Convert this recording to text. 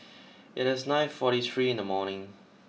it is nine forty three in the morning